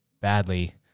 badly